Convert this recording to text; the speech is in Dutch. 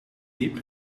diep